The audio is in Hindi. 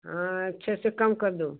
हाँ अच्छे से कम कर दो